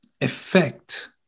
effect